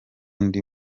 ndi